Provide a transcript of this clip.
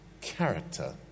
Character